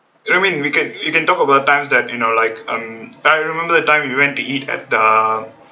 I mean we can we can talk about times that you know like um I remember that time we went to eat at uh